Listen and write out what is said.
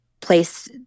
place